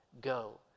go